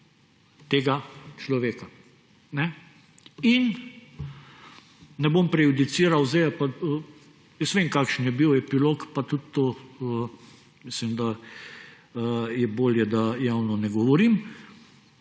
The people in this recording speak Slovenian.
tega človeka. In ne bom prejudiciral, jaz vem, kakšen je bil epilog, pa tudi mislim, da je bolje, da javno ne govorim,